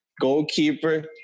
Goalkeeper